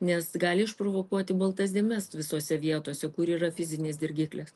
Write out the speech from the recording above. nes gali išprovokuoti baltas dėmes visose vietose kur yra fizinis dirgiklis